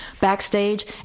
backstage